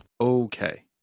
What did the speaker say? Okay